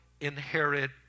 inherit